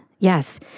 Yes